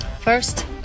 First